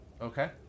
Okay